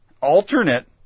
alternate